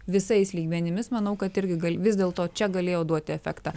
visais lygmenimis manau kad irgi gal vis dėlto čia galėjo duoti efektą